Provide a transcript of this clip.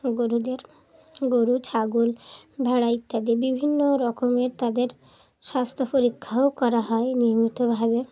গরুদের গরু ছাগল ভেড়া ইত্যাদি বিভিন্ন রকমের তাদের স্বাস্থ্য পরীক্ষাও করা হয় নিয়মিতভাবে